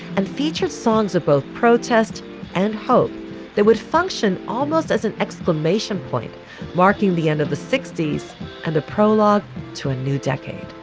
and featured songs of both protest and hope that would function almost as an exclamation point marking the end of the sixty s and a prologue to a new decade